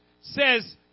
Says